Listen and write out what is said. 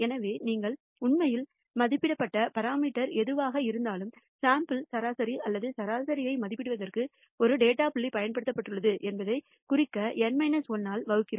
எனவே நீங்கள் உண்மையில் மதிப்பிடப்பட்ட பாராமீட்டர் எதுவாக இருந்தாலும் சாம்பிள் சராசரி அல்லது சராசரியை மதிப்பிடுவதற்கு ஒரு டேட்டா புள்ளி பயன்படுத்தப்பட்டுள்ளது என்பதைக் குறிக்க N 1 ஆல் வகுக்கிறோம்